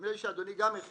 נדמה לי שאדוני גם מחיפה.